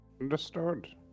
Understood